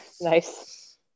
Nice